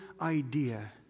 idea